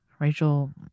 Rachel